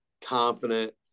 confident